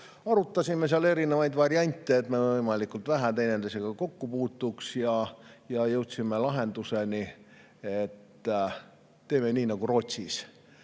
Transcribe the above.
arutasime seal erinevaid variante, et me võimalikult vähe teineteisega kokku puutuks, ja jõudsime lahenduseni, et teeme nii nagu Rootsis,